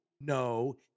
no